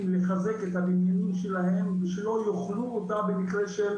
לחזק את המבנים שלהם שלא "יאכלו אותה" במקרה של